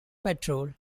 patrol